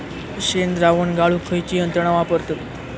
शेणद्रावण गाळूक खयची यंत्रणा वापरतत?